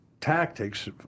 tactics